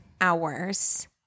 hours